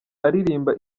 aririmba